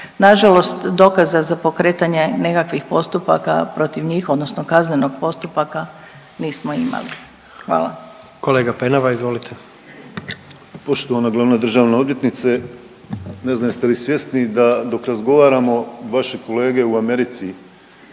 Nažalost dokaza za pokretanje nekakvih postupaka protiv njih odnosno kaznenog postupaka nismo imali, hvala. **Jandroković, Gordan (HDZ)** Kolega Penava, izvolite. **Penava, Ivan (DP)** Poštovana glavna državna odvjetnice, ne znam jeste li svjesni da dok razgovaramo vaše kolege u Americi,